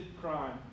crime